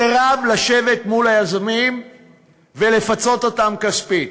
סירב לשבת מול היזמים ולפצות אותם כספית.